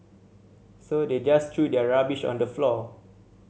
so they just threw their rubbish on the floor